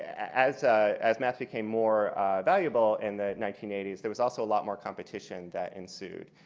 as as maps became more valuable in the nineteen eighty s, there was also a lot more competition that ensued.